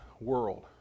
world